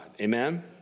Amen